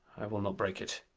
i will not break it.